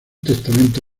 testamento